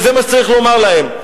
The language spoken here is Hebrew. וזה מה שצריך לומר להם.